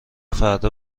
فردا